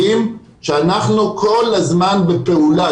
ילדים שאנחנו כל הזמן בפעולה.